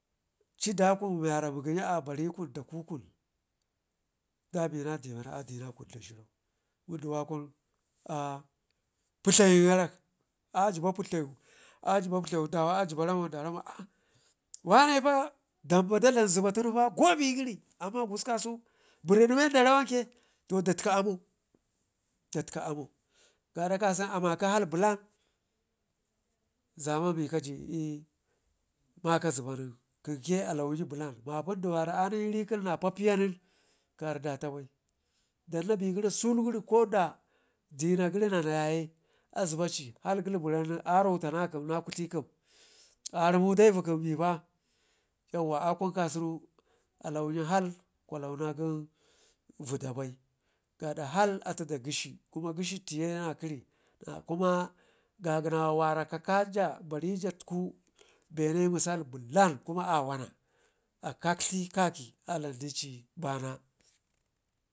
cida kun miwara mugəyi a barinkun dabina diwa mewara adina kun, da zhirau a pudlayin garan a jiba pudlayu a jiba pudlayi dawa ajiba ramo ma aa wane pa dam buna da dlam ziba tempa gobe gəri amman kusku kasau berrid men da rawanke to da tikka ammau da ka ammau gaada. kasen amakə hal blan zaman mi kaji l' maka zibanin kənke a lauyi blan ma pund i wara ani iri kəm na papi ya nen ka yardata bai, dan na begərri sul gəri ko da dena gəri nana yaye azibaci hal gəri blan nen aro tana kəm na kəm arumu daivu kəm bepa, yauwa a kun kasunu alauyi hal kwa launa kə vidda bai gaada hal atu da ghi shi kuma ghi shi teye na kəri kuma gagənawa ka kaja bari jadku bene mubal blan kuma wana a kadli kaƙi a dlamdi ɓana.